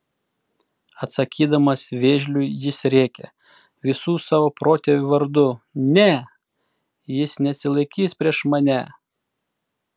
atsakydamas vėžliui jis rėkia visų savo protėvių vardu ne jis neatsilaikys prieš mane